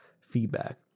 feedback